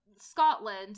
Scotland